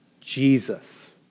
Jesus